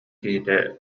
киһитэ